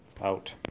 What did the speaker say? out